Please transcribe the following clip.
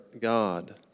God